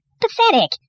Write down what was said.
Pathetic